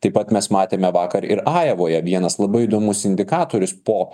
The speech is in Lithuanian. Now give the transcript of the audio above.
taip pat mes matėme vakar ir ajovoje vienas labai įdomus indikatorius po